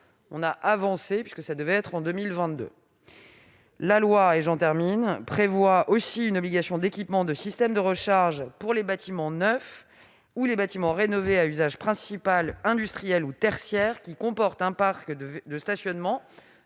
000 bornes dès 2021, contre 2022 initialement. La loi prévoit aussi une obligation d'équipement de systèmes de recharge pour les bâtiments neufs ou les bâtiments rénovés à usage principal industriel ou tertiaire qui comportent un parc de stationnement